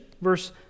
verse